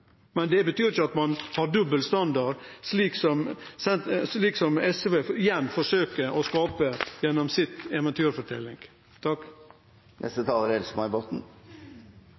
men det betyr ikkje at ein har dobbel standard, som SV igjen forsøkjer å skape eit inntrykk av, gjennom